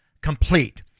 complete